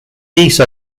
geese